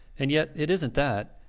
and yet it isnt that.